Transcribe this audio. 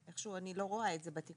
איכשהו אני לא רואה את זה בתיקון.